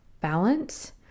balance